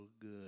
good